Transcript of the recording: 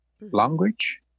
language